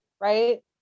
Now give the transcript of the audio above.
Right